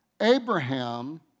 Abraham